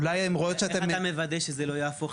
אולי הן רואות --- איך אתה מוודא שזה לא יהפוך